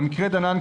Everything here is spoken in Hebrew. במקרה דנן,